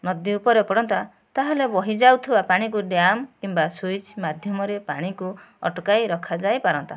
ନଦୀ ଉପରେ ପଡ଼ନ୍ତା ତାହେଲେ ବହି ଯାଉଥିବା ପାଣିକୁ ଡ୍ୟାମ୍ କିମ୍ବା ସୁଇଜ ମାଧ୍ୟମରେ ପାଣିକୁ ଅଟକାଇ ରଖାଯାଇ ପାରନ୍ତା